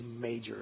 major